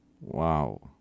Wow